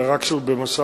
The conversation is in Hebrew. אלא רק שזה במשא-ומתן.